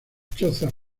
chozas